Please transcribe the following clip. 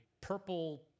purple